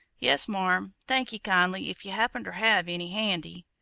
yes marm, thank ye kindly, if you happen ter have any handy.